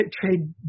trade